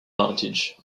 advantage